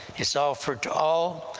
it's offered to all,